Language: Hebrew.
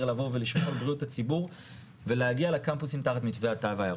לבוא ולשמור על בריאות הציבור ולהגיע לקמפוסים תחת מתווה התו הירוק.